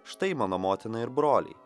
štai mano motina ir broliai